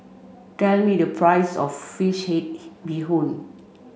tell me the price of fish head bee hoon